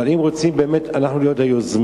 אבל אם אנחנו רוצים באמת להיות היוזמים,